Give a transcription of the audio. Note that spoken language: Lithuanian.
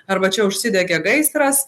arba čia užsidegė gaisras